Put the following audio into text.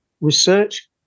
research